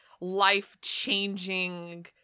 life-changing